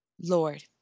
Lord